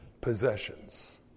possessions